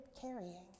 carrying